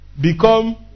become